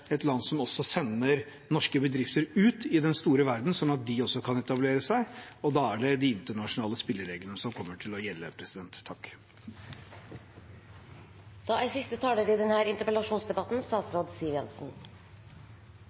land som også sender norske bedrifter ut i den store verden, slik at de også kan etablere seg, og da er det de internasjonale spillereglene som kommer til å gjelde.